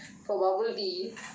for bubble tea